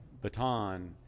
baton